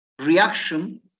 reaction